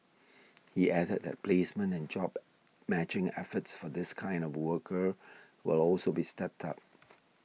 he added that placement and job matching efforts for this kind of workers will also be stepped up